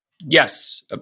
Yes